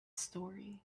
story